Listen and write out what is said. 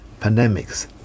Pandemics